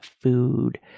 food